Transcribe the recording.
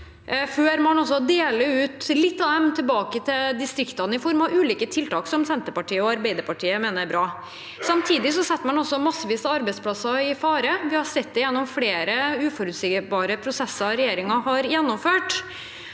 før man deler ut litt av dem tilbake til distriktene, i form av ulike tiltak som Senterpartiet og Arbeiderpartiet mener er bra. Samtidig setter man altså massevis av arbeidsplasser i fare. Vi har sett det gjennom flere uforutsigbare prosesser regjeringen har gjennomført.